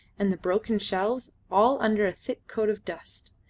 and the broken shelves, all under a thick coat of dust.